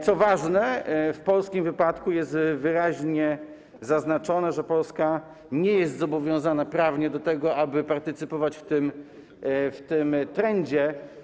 Co ważne, w polskim przypadku jest wyraźnie zaznaczone, że Polska nie jest zobowiązana prawnie do tego, aby partycypować w tym trendzie.